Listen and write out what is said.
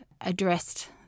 addressed